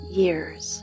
years